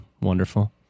wonderful